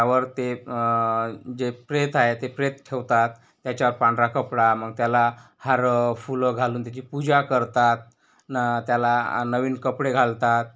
त्यावर ते जे प्रेत आहे ते प्रेत ठेवतात त्याच्यावर पांढरा कपडा मग त्याला हार फुलं घालून त्याची पूजा करतात न त्याला नवीन कपडे घालतात